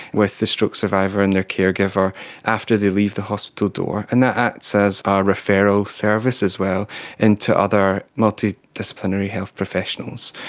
with the stroke survivor and their caregiver after they leave the hospital door. and that acts as our referral service as well into other multidisciplinary health professionals.